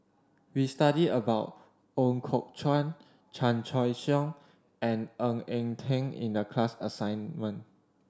we study about Ooi Kok Chuen Chan Choy Siong and Ng Eng Teng in the class assignment